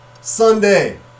Sunday